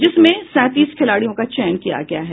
जिसमें सैंतीस खिलाड़ियों का चयन किया गया है